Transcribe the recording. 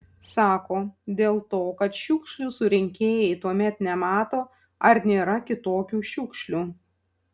sako dėl to kad šiukšlių surinkėjai tuomet nemato ar nėra kitokių šiukšlių